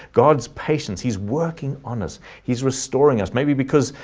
god's patience, he's working on us. he's restoring us maybe because,